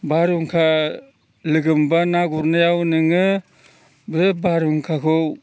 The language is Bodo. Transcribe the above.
बारहुंखा लोगो मोनब्ला ना गुरनायाव नोङो बे बारहुंखाखौ